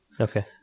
Okay